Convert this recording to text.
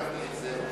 אני הזכרתי את זה,